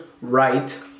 Right